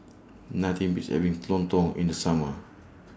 Nothing Beats having Lontong in The Summer